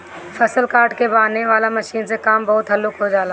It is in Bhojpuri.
फसल काट के बांनेह वाला मशीन से काम बहुत हल्लुक हो जाला